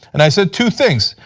and i said two things.